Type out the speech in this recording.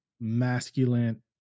masculine